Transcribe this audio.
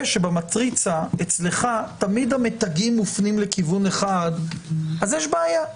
שבמטריצה אצלך תמיד המתגים מופנים לכיוון אחד אז יש בעיה.